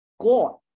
god